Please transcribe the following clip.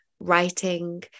writing